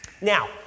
Now